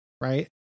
right